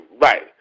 Right